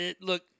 Look